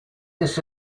this